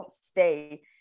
stay